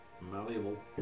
Malleable